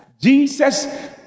Jesus